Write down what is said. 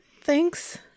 thanks